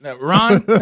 Ron